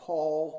Paul